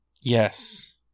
Yes